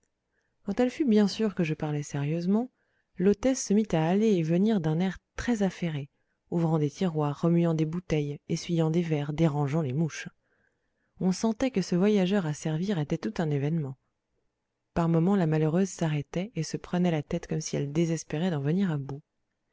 quand elle fut bien sûre que je parlais sérieusement l'hôtesse se mit à aller et venir d'un air très affairé ouvrant des tiroirs remuant des bouteilles essuyant des verres dérangeant les mouches on sentait que ce voyageur à servir était tout un événement par moments la malheureuse s'arrêtait et se prenait la tête comme si elle désespérait d'en venir à bout